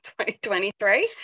2023